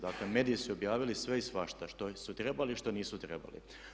Dakle, mediji su objavili sve i svašta što su trebali i što nisu trebali.